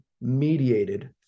mediated